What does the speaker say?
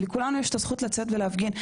לכולנו יש הזכות לצאת ולהפגין.